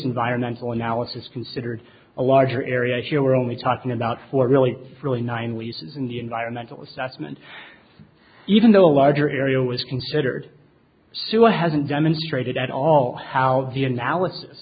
environmental analysis considered a larger area here we're only talking about four really really nine leases in the environmental assessment even though a larger area was considered suicide has been demonstrated at all how the analysis